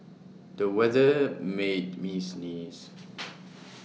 the weather made me sneeze